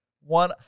One